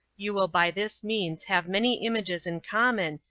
you will by this means have many images in common,